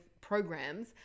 programs